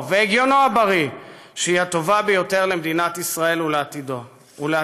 והגיונו הבריא שהיא הטובה ביותר למדינת ישראל ולעתידה.